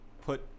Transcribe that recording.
put